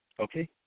Okay